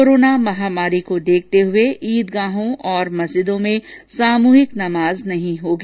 corona महामारी को देखते हुये ईदगाहों और मस्जिदों में सामूहिक नमाज नहीं होगी